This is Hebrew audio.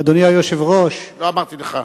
אדוני היושב-ראש, ברכות,